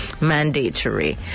mandatory